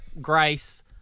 Grace